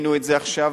שינינו את זה עכשיו.